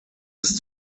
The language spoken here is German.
ist